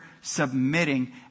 submitting